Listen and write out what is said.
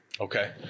Okay